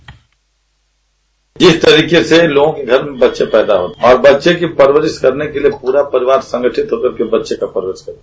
bite जिस तरीके से लोगों के घर में बच्चे पैदा होते हैं और बच्चे की परवरिश करने के लिए पूरा परिवार संगठित होकर बच्चे की परवरिश करते है